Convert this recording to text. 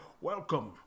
Welcome